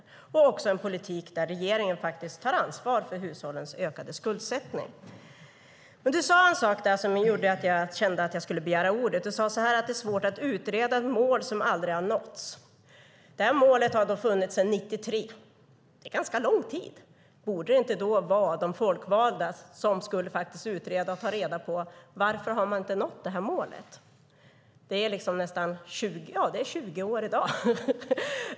Det ska också vara en politik där regeringen faktiskt tar ansvar för hushållens ökade skuldsättning. Men du sade en sak som gjorde att jag kände att jag skulle begära ordet. Du sade att det är svårt att utreda ett mål som aldrig har nåtts. Det målet har funnits sedan 93. Det är ganska lång tid. Borde då inte de folkvalda faktiskt utreda detta och ta reda på varför man inte har nått det här målet? Det är 20 år sedan i dag.